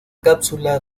cápsula